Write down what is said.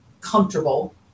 comfortable